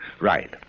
Right